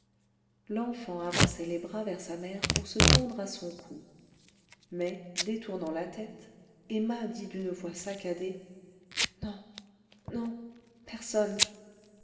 l'enfant avançait les bras vers sa mère pour se pendre à son cou mais détournant la tête emma dit d'une voix saccadée non non personne